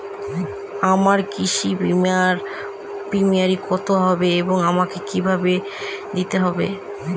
আমার কৃষি বিমার প্রিমিয়াম কত হবে এবং আমাকে কি ভাবে দিতে হবে?